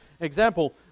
example